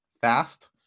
fast